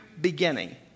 beginning